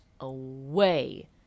away